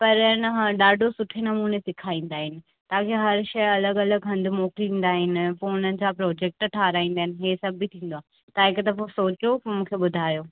पर आहे न हा ॾाढो सुठे नमूने सिखारींदा आहिनि तव्हांखे हरि शइ अलॻि अलॻि हंधि मोकिलींदा आहिनि पोइ उन्हनि सां प्रोजेक्ट ठाराहींदा आहिनि हे सभु बि थींदो आहे तव्हां हिकु दफ़ो सोचियो पोइ मूंखे ॿुधायो